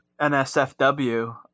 NSFW